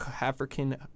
African